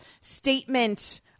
statement